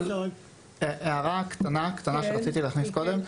הערה קטנה שרציתי לומר קודם.